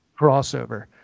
crossover